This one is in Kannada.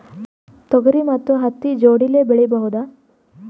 ತೊಗರಿ ಮತ್ತು ಹತ್ತಿ ಜೋಡಿಲೇ ಬೆಳೆಯಬಹುದಾ?